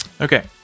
Okay